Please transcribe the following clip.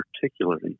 particularly